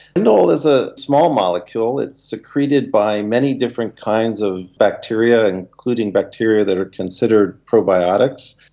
indole is a small molecule, it's secreted by many different kinds of bacteria, including bacteria that are considered probiotics.